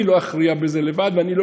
אני לא אכריע בזה לבד,